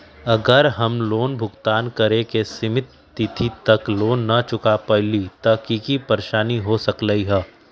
अगर हम लोन भुगतान करे के सिमित तिथि तक लोन न चुका पईली त की की परेशानी हो सकलई ह?